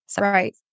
Right